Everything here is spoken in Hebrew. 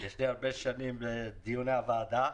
יש לי הרבה שנים בדיוני הוועדה.